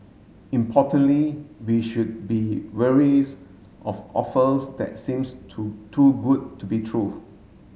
importantly we should be of offers that seems too too good to be true